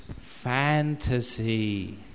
fantasy